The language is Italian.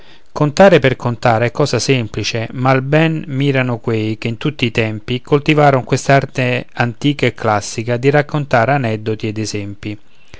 contare per contar è cosa semplice ma al ben mirano quei che in tutti i tempi coltivaron quest'arte antica e classica di raccontar aneddoti ed esempi